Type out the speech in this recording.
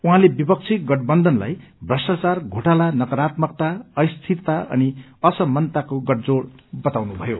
उहाँले विपक्षी गठबन्धनलाई भ्रष्टाचार घोटाला नकारत्मकता अस्थिरता अनि असमानताको गठजोड़ बताउनुभयो